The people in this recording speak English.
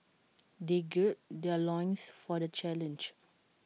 they gird their loins for the challenge